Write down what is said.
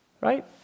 right